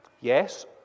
Yes